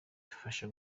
fasha